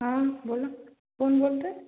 हां बोला कोण बोलतय